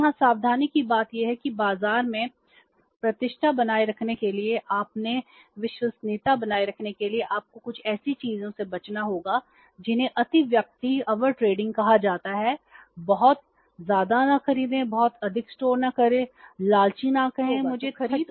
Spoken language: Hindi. तो यहाँ सावधानी की बात यह है कि बाजार में प्रतिष्ठा बनाए रखने के लिए अपनी विश्वसनीयता बनाए रखने के लिए आपको कुछ ऐसी चीज़ों से बचना होगा जिन्हें अतिव्याप्ति कहा जाता है बहुत अधिक न खरीदें बहुत अधिक स्टोर न करें लालची न कहें मुझे 30 का लाभ होगा